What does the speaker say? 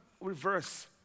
reverse